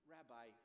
Rabbi